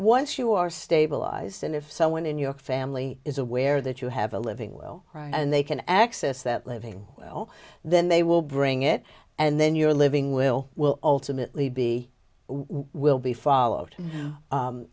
once you are stabilized and if someone in your family is aware that you have a living will and they can access that living well then they will bring it and then you're living will will ultimately be will be followed